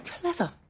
clever